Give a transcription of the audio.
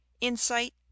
insight